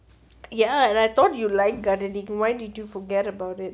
ya and I thought you like gardening why did you forget about it